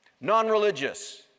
non-religious